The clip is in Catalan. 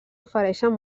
ofereixen